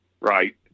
right